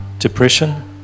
Depression